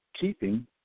keeping